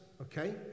okay